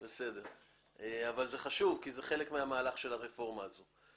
זה חשוב כי זה חלק מן המהלך של הרפורמה הזאת.